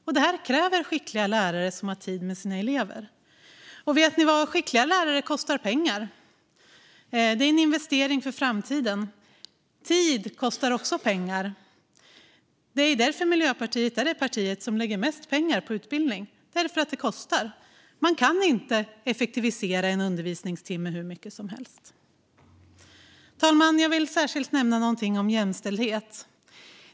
För det krävs skickliga lärare som har tid för sina elever. Vet ni vad? Skickliga lärare kostar pengar. Det är en investering i framtiden. Tid kostar också pengar. Det är därför Miljöpartiet är det parti som lägger mest pengar på utbildning, eftersom det kostar. Man kan inte effektivisera en undervisningstimme hur mycket som helst. Fru talman! Jag vill särskilt nämna jämställdhet.